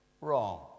wrong